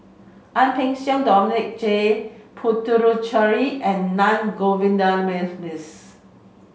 Ang Peng Siong Dominic J Puthucheary and Na